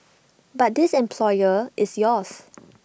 but this employer is yours